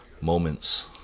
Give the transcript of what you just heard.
moments